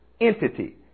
entity